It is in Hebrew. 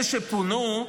אלה שפונו,